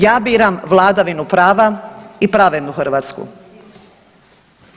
Ja biram vladavinu prava i pravednu Hrvatsku.